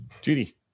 Judy